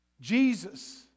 Jesus